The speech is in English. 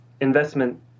investment